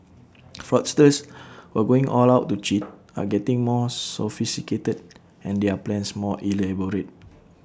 fraudsters who are going all out to cheat are getting more sophisticated and their plans more elaborate